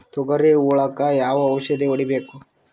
ತೊಗರಿ ಹುಳಕ ಯಾವ ಔಷಧಿ ಹೋಡಿಬೇಕು?